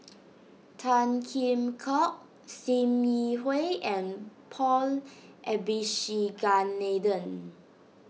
Tan Kheam Hock Sim Yi Hui and Paul Abisheganaden